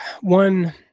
one